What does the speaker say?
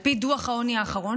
על פי דוח העוני האחרון,